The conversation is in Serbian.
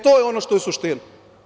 To je ono što je suština.